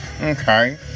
Okay